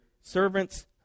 servants